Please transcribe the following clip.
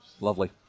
lovely